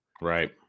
Right